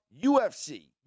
UFC